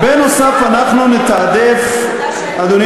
הסדר הומניטרי?